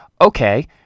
okay